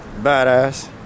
badass